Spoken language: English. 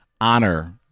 honor